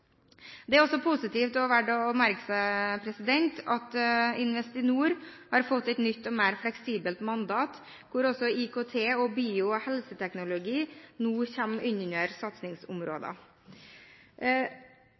Det er også positivt og verdt å merke seg at Investinor har fått et nytt og mer fleksibelt mandat, hvor også IKT og bio- og helseteknologi kommer inn under